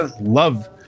love